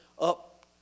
up